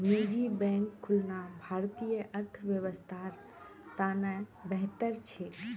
निजी बैंक खुलना भारतीय अर्थव्यवस्थार त न बेहतर छेक